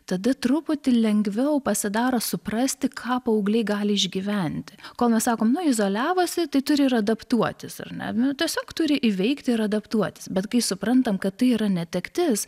tada truputį lengviau pasidaro suprasti ką paaugliai gali išgyventi kol mes sakom nu izoliavosi tai turi ir adaptuotis ar ne tiesiog turi įveikti ir adaptuotis bet kai suprantam kad tai yra netektis